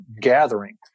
gathering